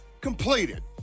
completed